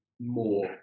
more